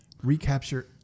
Recapture